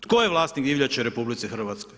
Tko je vlasnik divljači u RH?